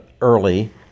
early